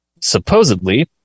Supposedly